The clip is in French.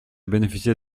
bénéficier